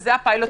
וזה הפילוט.